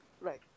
right